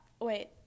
Wait